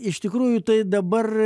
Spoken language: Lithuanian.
iš tikrųjų tai dabar